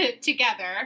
together